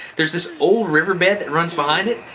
there's this old river bed that runs behind it,